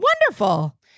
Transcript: Wonderful